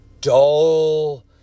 dull